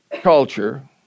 culture